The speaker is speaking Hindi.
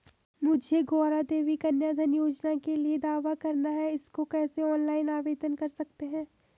मुझे गौरा देवी कन्या धन योजना के लिए दावा करना है इसको कैसे ऑनलाइन आवेदन कर सकते हैं?